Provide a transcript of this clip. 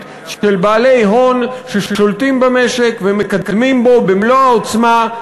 של בעלי הון ששולטים במשק ומקדמים בו במלוא העוצמה,